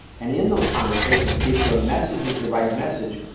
and in those conversations, if your message is the right message,